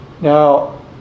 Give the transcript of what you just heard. Now